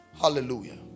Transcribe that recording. hallelujah